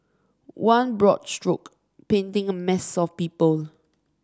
one broad stroke painting a mass of people